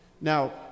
Now